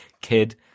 kid